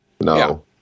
No